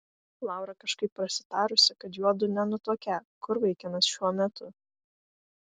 laura kažkaip prasitarusi kad juodu nenutuokią kur vaikinas šiuo metu